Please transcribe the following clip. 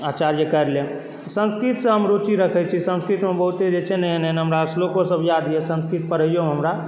आचार्य करि लेब संस्कृतसँ हम रूचि रखय छी संस्कृत हम बहुते जे छै ने हमरा श्लोको सब याद यऽ संस्कृत पढ़ैयोमे हमरा